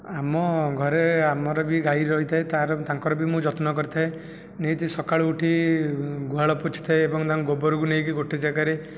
ଆମ ଘରେ ଆମର ବି ଗାଈ ରହିଥାଏ ତାହାର ତାଙ୍କର ବି ମୁଁ ଯତ୍ନ କରିଥାଏ ନିତି ସକାଳୁ ଉଠି ଗୁହାଳ ପୋଛିଥାଏ ଏବଂ ତାଙ୍କ ଗୋବରକୁ ନେଇକି ଗୋଟିଏ ଜାଗାରେ